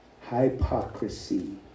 hypocrisy